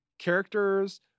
Characters